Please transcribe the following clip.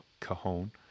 Cajon